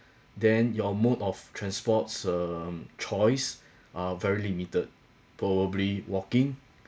then your mode of transports um choice are very limited probably walking